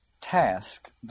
task